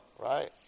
right